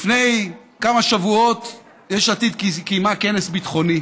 לפני כמה שבועות יש עתיד קיימה כנס ביטחוני.